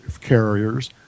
carriers